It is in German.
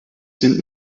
sind